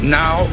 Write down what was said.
now